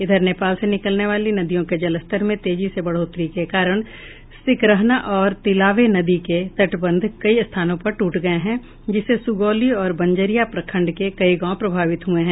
इधर नेपाल से निकलने वाली नदियों के जलस्तर में तेजी से बढ़ोतरी के कारण सिकरहना और तिलावे नदी के तटबंध कई स्थानों पर टूट गये हैं जिससे सुगौली और बंजरिया प्रखंड के कई गांव प्रभावित हुए हैं